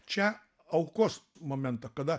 čia aukos momentą kada